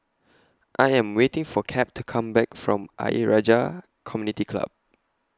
I Am waiting For Cap to Come Back from Ayer Rajah Community Club